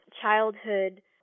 childhood